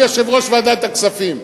אדוני יושב-ראש ועדת הכספים.